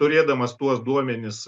turėdamas tuos duomenis